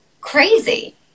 crazy